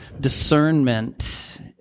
discernment